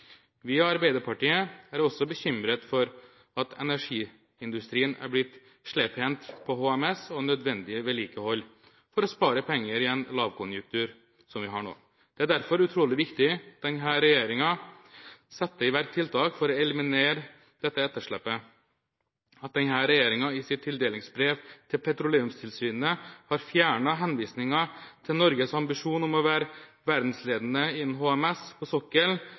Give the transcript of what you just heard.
Vi i Arbeiderpartiet er også bekymret for at energiindustrien er blitt slepphendt på HMS og nødvendig vedlikehold for å spare penger i en lavkonjunktur som vi har nå. Det er derfor utrolig viktig at denne regjeringen setter i verk tiltak for å eliminere dette etterslepet. At denne regjeringen i sitt tildelingsbrev til Petroleumstilsynet har fjernet henvisningen til Norges ambisjon om å være verdensledende innen HMS på sokkelen,